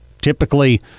typically